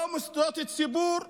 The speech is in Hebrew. לא מוסדות ציבור,